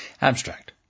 Abstract